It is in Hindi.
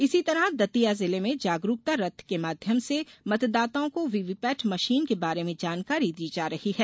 इसी तरह दतिया जिले में जागरूकता रथ के माध्यम से मतदाताओं को वीवीपेट मशीन के बारे में जानकारी दी जा रही है